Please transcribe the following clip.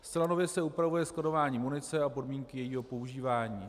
Zcela nově se upravuje skladování munice a podmínky jejího používání.